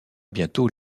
bientôt